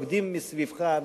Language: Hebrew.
רוקדים מסביבך,